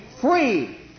free